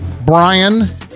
Brian